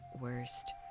worst